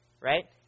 right